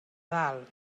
dalt